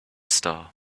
star